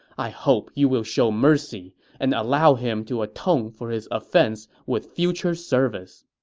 i hope you will show mercy and allow him to atone for his offense with future service.